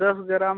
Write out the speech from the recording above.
दस ग्राम